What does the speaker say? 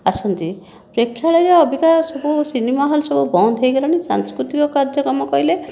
ଆସନ୍ତି ପ୍ରକ୍ଷାଳୟ ଅବିକା ସବୁ ସିନେମା ହଲ୍ ସବୁ ବନ୍ଦ ହେଇଗଲାଣି ସାଂସ୍କୃତିକ କାର୍ଯ୍ୟକ୍ରମ କହିଲେ